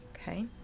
okay